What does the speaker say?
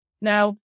Now